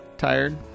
Tired